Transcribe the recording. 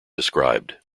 described